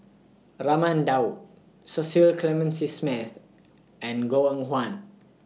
Raman Daud Cecil Clementi Smith and Goh Eng Huan